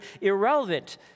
irrelevant